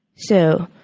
so,